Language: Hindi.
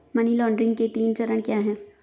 मनी लॉन्ड्रिंग के तीन चरण क्या हैं?